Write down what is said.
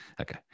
Okay